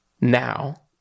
now